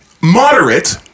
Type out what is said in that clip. Moderate